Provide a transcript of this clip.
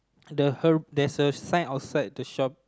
the her~ there's a sign outside the shop